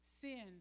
sin